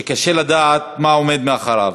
שקשה לדעת מה עומד מאחוריו,